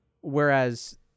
whereas